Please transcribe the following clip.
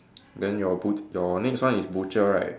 then your but~ your next one is butcher right